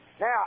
Now